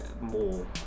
more